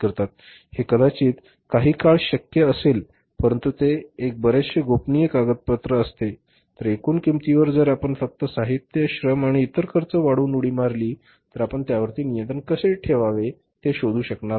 हे कदाचित काही काळ शक्य असेल परंतु ते एक बरेचसे गोपनीय कागदपत्र असते तर एकूण किंमतीवर जर आपण फक्त साहित्य श्रम आणि इतर खर्च वाढवून उडी मारली तर आपण त्यावरती नियंत्रण कसे ठेवावे ते शोधू शकणार नाही